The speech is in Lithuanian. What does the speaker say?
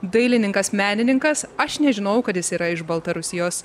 dailininkas menininkas aš nežinojau kad jis yra iš baltarusijos